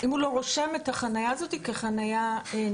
אם הוא לא רושם את החניה הזו כחניה נגישה.